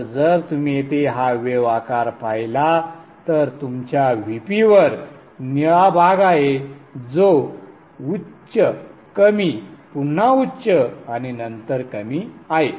तर जर तुम्ही येथे हा वेव आकार पाहिला तर तुमच्या Vp वर निळा भाग आहे जो उच्च कमी पुन्हा उच्च आणि नंतर कमी आहे